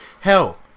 Hell